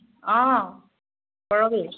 অঁ